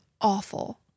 awful